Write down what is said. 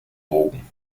bogen